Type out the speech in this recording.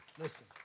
Listen